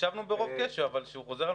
הקשבנו ברוב קשב אבל כשהוא חוזר על